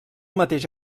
mateix